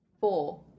Four